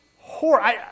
horror